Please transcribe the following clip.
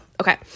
okay